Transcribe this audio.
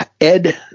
Ed